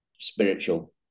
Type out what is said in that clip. spiritual